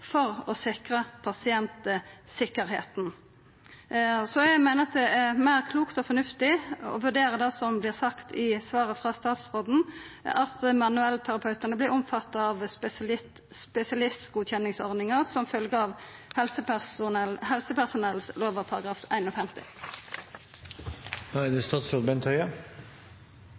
for å sikra pasientsikkerheita. Så eg meiner det er klokare og meir fornuftig å vurdera det som vert sagt i svaret frå statsråden, at manuellterapeutane vert omfatta av spesialistgodkjenningsordninga som følgjer av